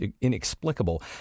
inexplicable